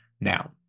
now